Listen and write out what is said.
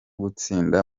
gutsinda